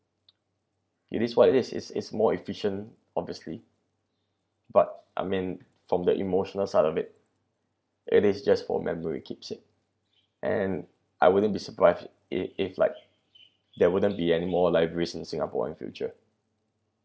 it is what it is is is more efficient obviously but I mean from the emotional side of it it is just for memory keepsake and I wouldn't be surprised if if like there wouldn't be anymore libraries in singapore in future